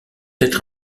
être